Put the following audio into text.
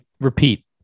repeat